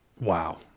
Wow